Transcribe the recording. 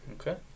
Okay